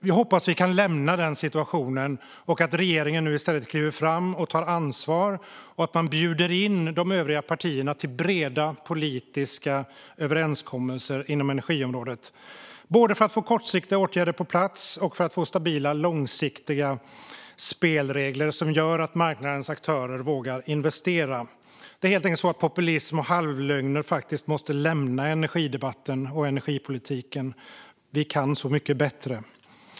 Vi hoppas att vi kan lämna den situationen och att regeringen nu i stället kliver fram och tar ansvar och bjuder in de övriga partierna till breda politiska överenskommelser inom energiområdet, både för att få kortsiktiga åtgärder på plats och för att få stabila långsiktiga spelregler som gör att marknadens aktörer vågar investera. Populism och halvlögner måste helt enkelt lämna energidebatten och energipolitiken. Vi kan så mycket bättre.